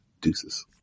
Deuces